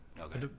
Okay